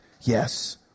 Yes